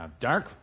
Dark